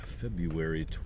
February